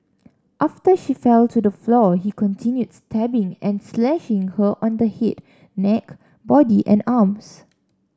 after she fell to the floor he continued stabbing and slashing her on the head neck body and arms